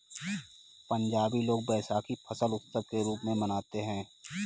पंजाबी लोग वैशाखी फसल उत्सव के रूप में मनाते हैं